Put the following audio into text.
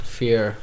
fear